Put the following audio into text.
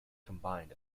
combined